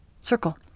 circle